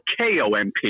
KOMP